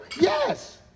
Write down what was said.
Yes